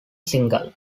single